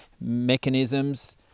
mechanisms